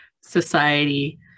society